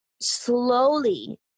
slowly